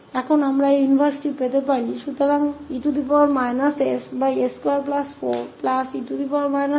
तो इस 1s22 Laplace प्रतिलोम का te 2t है जो पहले शिफ्टिंग गुण का उपयोग करता है